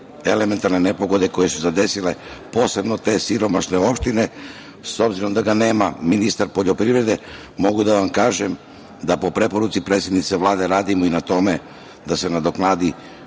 elementarne nepogode koje su zadesile posebno te siromašne opštine s obzirom da ga nema, ministar poljoprivrede, mogu da vam kažem da po preporuci predsednice Vlade radimo i na tome da se nadoknadi